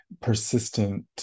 persistent